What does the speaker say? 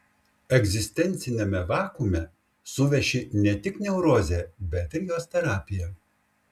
egzistenciniame vakuume suveši ne tik neurozė bet ir jos terapija